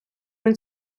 він